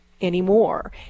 Anymore